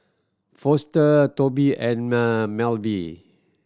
Foster Tobi and